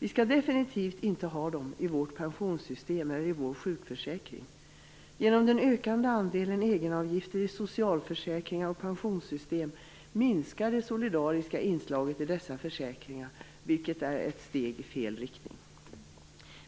De skall definitivt inte finnas i pensionssystemet eller i sjukförsäkringen. Genom den ökande andelen egenavgifter i socialförsäkringar och pensionssystem minskar det solidariska inslaget i dessa försäkringar, vilket är ett steg i fel riktning.